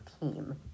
team